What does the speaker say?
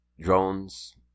drones